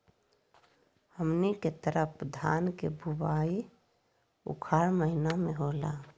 हमनी के तरफ धान के बुवाई उखाड़ महीना में होला